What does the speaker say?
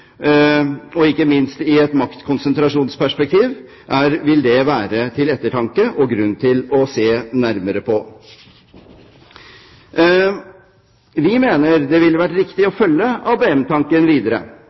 havner. Ikke minst vil det i et maktkonsentrasjonsperspektiv være til ettertanke, og grunn til å se nærmere på. Vi mener det ville vært riktig å følge ABM-tanken videre,